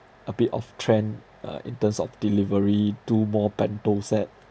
a bit of trend uh in terms of delivery do more bento set